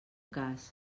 cas